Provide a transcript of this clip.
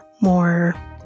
more